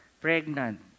pregnant